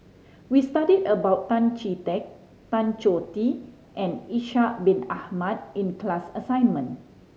we studied about Tan Chee Teck Tan Choh Tee and Ishak Bin Ahmad in class assignment